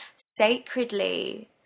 sacredly